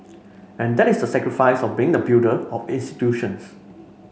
and that is the sacrifice of being the builder of institutions